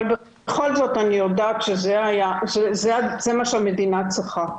אבל בכל זאת אני יודעת שזה מה שהמדינה צריכה.